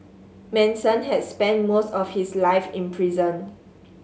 Manson had spent most of his life in prison